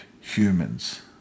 humans